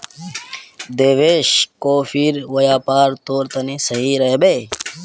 देवेश, कॉफीर व्यापार तोर तने सही रह बे